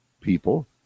people